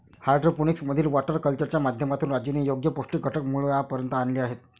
hydroponics मधील water कल्चरच्या माध्यमातून राजूने योग्य पौष्टिक घटक मुळापर्यंत आणले आहेत